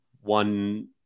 one